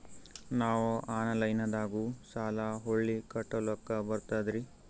ನಾವು ಆನಲೈನದಾಗು ಸಾಲ ಹೊಳ್ಳಿ ಕಟ್ಕೋಲಕ್ಕ ಬರ್ತದ್ರಿ?